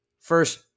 first